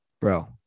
Bro